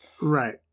right